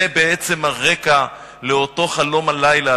זה בעצם הרקע לאותו חלום הלילה,